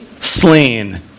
slain